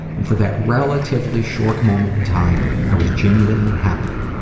and for that relatively short moment in time, i was genuinely happy.